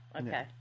okay